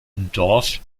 dorf